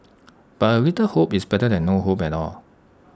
but A little hope is better than no hope at all